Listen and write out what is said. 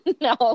No